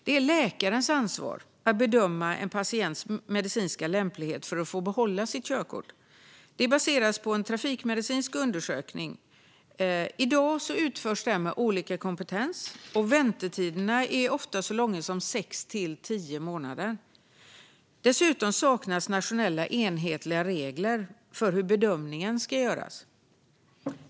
Det är läkarens ansvar att bedöma en patients medicinska lämplighet att få behålla körkortet. Detta baseras på en trafikmedicinsk undersökning. I dag utförs den med olika kompetens, och väntetiderna är ofta så långa som sex till tio månader. Dessutom saknas nationella enhetliga regler för hur bedömningen ska göras.